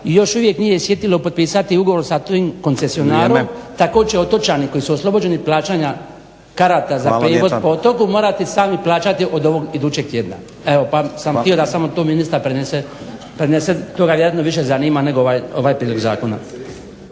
još uvijek nije sjetilo potpisati ugovor sa tim koncesionarom, tako će otočani koji su oslobođeni plaćanja karata za prijevoz po otoku morati sami plaćati od idućeg tjedna. Evo, pa sam htio da samo to ministar prenese. To ga vjerojatno više zanima nego ovaj prijedlog zakona.